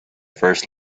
first